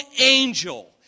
angel